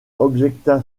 objecta